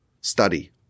study